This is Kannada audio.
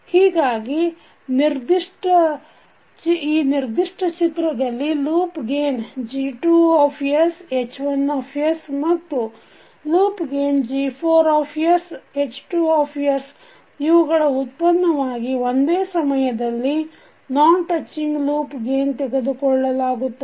ಹೀಗಾಗಿ ಈ ನಿರ್ದಿಷ್ಟ ಚಿತ್ರದಲ್ಲಿ ಲೂಪ್ ಗೇನ್ G2H1ಮತ್ತು ಲೂಪ್ ಗೇನ್ G4H2 ಇವುಗಳ ಉತ್ಪನ್ನವಾಗಿ ಒಂದೇ ಸಮಯದಲ್ಲಿ ನಾನ್ ಟಚ್ಚಿಂಗ್ ಲೂಪ್ ಗೇನ್ ತೆಗೆದುಕೊಳ್ಳಲಾಗುತ್ತದೆ